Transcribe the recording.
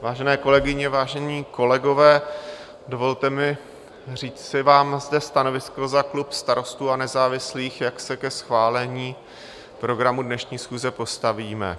Vážené kolegyně, vážení kolegové, dovolte mi říci vám zde stanovisko za klub Starostů a nezávislých, jak se ke schválení programu dnešní schůze postavíme.